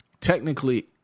Technically